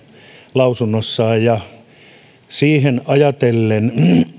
lausunnossaan ja ja sitä ajatellen